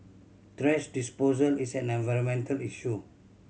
thrash disposal is an environmental issue